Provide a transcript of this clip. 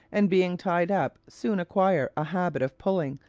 and being tied up, soon acquire a habit of pulling,